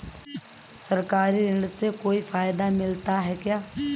सरकारी ऋण से कोई फायदा मिलता है क्या?